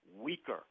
weaker